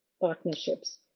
Partnerships